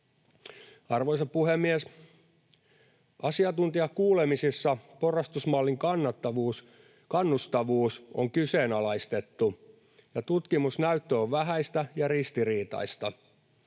Arvoisa puhemies! Asiantuntijakuulemisissa porrastusmallin kannustavuus on kyseenalaistettu, ja tutkimusnäyttö on vähäistä ja ristiriitaista.